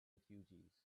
refugees